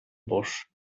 bosch